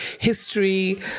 history